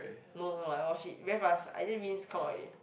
no like wash it very fast I just rinse come out already